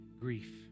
grief